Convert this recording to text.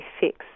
fix